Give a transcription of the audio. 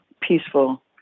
peaceful